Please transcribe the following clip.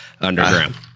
underground